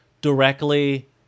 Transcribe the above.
directly